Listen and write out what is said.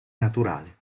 naturale